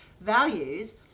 values